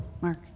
Mark